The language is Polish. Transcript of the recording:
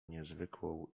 niezwykłą